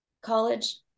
college